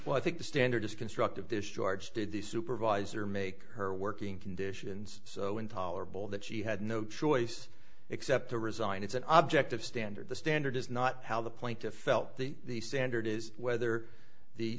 well i think the standard is constructive discharge did the supervisor make her working conditions so intolerable that she had no choice except to resign it's an object of standard the standard is not how the plaintiff felt the standard is whether the